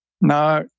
Now